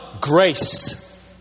grace